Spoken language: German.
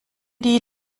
die